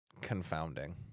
confounding